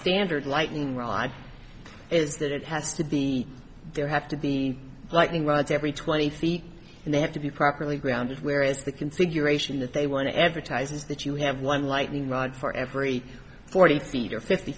standard lightning rod is that it has to be there have to be lightning rods every twenty feet and they have to be properly grounded where is the configuration that they want to advertise is that you have one lightning rod for every forty feet or fifty